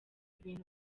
ibintu